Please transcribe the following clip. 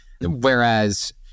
Whereas